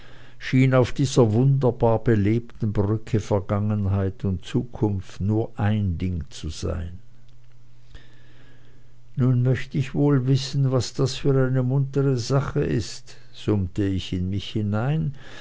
schien auf dieser wunderbar belebten brücke vergangenheit und zukunft nur ein ding zu sein nun möcht ich wohl wissen was das für eine muntere sache ist summte ich in mich hinein